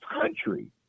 country